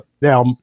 Now